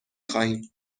خواهیم